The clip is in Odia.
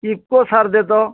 ୟୁକୋ ସାର୍ ଦେ ତ